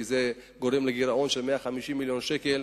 כי זה גורם לגירעון של 150 מיליון שקל,